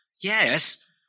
yes